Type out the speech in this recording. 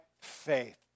faith